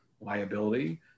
liability